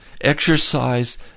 exercise